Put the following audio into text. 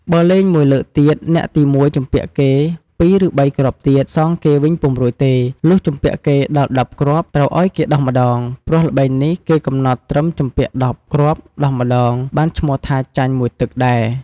បើលេង ១ លើកទៀត អ្នកទី១ ជំពាក់គេ ២ ឬ ៣ គ្រាប់ទៀត សងគេវិញពុំរួចទេ លុះជំពាក់គេដល់១០ គ្រាប់ត្រូវឲ្យគេដោះម្ដង ព្រោះល្បែងនេះគេកំណត់ត្រឹមជំពាក់ ១០ គ្រាប់ដោះម្តង បានឈ្មោះថាចាញ់ ១ ទឹកដែរ។